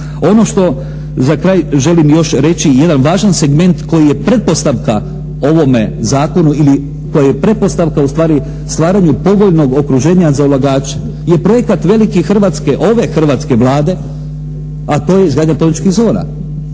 Ono što za kraj želim još reći jedan važan segment koji je pretpostavka ovome zakonu ili koji je pretpostavka ustvari stvaranju povoljnog okruženja za ulagače je projekat veliki hrvatske, ove hrvatske Vlade, a to je izgradnja političkih zona.